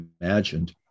imagined